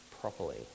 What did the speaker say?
properly